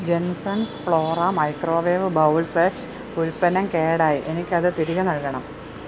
Jensons Flora microwave bowl set ഉൽപ്പന്നം കേടായി എനിക്കത് തിരികെ നൽകണം